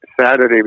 Saturday